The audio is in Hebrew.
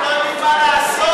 מה הבעיה?